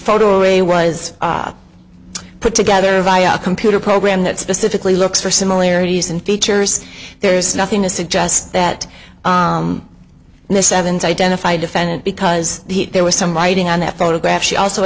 photo array was put together by a computer program that specifically looks for similarities and features there's nothing to suggest that miss evans identify defendant because there was some writing on that photograph she also